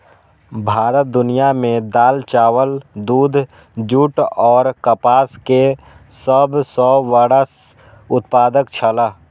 भारत दुनिया में दाल, चावल, दूध, जूट और कपास के सब सॉ बड़ा उत्पादक छला